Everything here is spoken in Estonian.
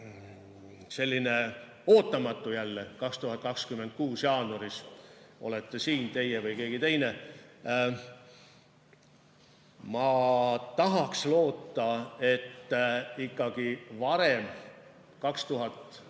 selline ootamatu arve 2026 jaanuaris, olete siin teie või keegi teine? Ma tahaks loota, et ikkagi varem,